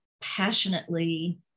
passionately